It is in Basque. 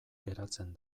geratzen